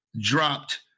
dropped